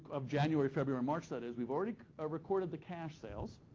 of january, february, march that is. we've already recorded the cash sales.